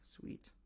sweet